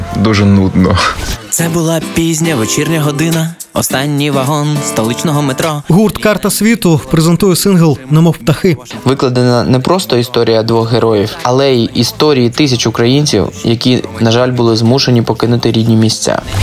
дуже нудно. Це була пізня вечірня година. Останній вагон столичного метро. Гурт «Карта світу» презентує сингл «Немов птахи». Викладена не просто історія двох героїв, але й історії тисяч українців, які, на жаль, були змушені покинути рідні місця.